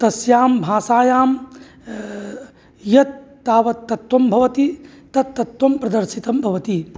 तस्यां भाषायां यत् तावत् तत्त्वं भवति तत् तत्त्वं प्रदर्शितं भवति